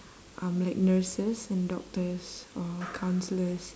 um like nurses and doctors or counsellors